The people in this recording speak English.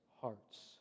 hearts